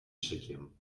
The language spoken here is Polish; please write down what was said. szykiem